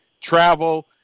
travel